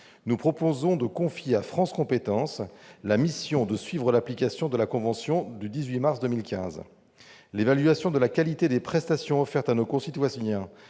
nous proposons de confier à France compétences la mission de suivre l'application de la convention du 18 mars 2015. L'évaluation de la qualité des prestations offertes à nos concitoyens